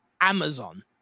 Amazon